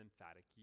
emphatic